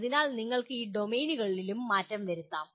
അതിനാൽ നിങ്ങൾക്ക് ഡൊമെയ്നുകളിലും മാറ്റം വരുത്താം